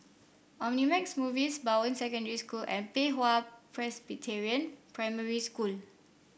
Omnimax Movies Bowen Secondary School and Pei Hwa Presbyterian Primary School